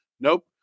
Nope